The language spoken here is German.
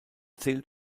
zählt